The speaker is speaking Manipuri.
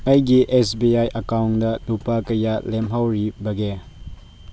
ꯑꯩꯒꯤ ꯑꯦꯁ ꯕꯤ ꯑꯥꯏ ꯑꯦꯛꯀꯥꯎꯟꯇ ꯂꯨꯄꯥ ꯀꯌꯥ ꯂꯦꯝꯍꯧꯔꯤꯕꯒꯦ